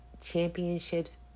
championships